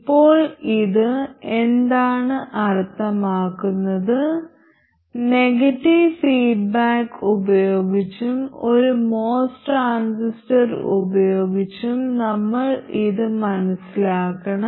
ഇപ്പോൾ ഇത് എന്താണ് അർത്ഥമാക്കുന്നത് നെഗറ്റീവ് ഫീഡ്ബാക്ക് ഉപയോഗിച്ചും ഒരു MOS ട്രാൻസിസ്റ്റർ ഉപയോഗിച്ചും നമ്മൾ ഇത് മനസ്സിലാക്കണം